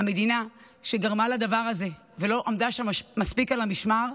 אנחנו המדינה שגרמה לדבר הזה ולא עמדה שם מספיק על המשמר,